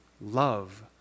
love